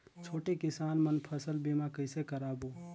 छोटे किसान मन फसल बीमा कइसे कराबो?